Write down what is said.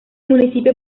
municipio